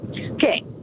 Okay